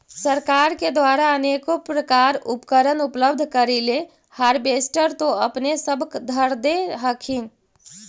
सरकार के द्वारा अनेको प्रकार उपकरण उपलब्ध करिले हारबेसटर तो अपने सब धरदे हखिन?